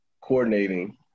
coordinating